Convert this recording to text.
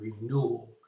renewal